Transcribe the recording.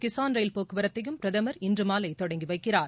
Kisan rail போக்குவரத்தையும் பிரதமர் இன்று மாலை தொடங்கி வைக்கிறார்